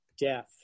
death